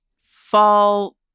fall